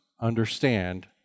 understand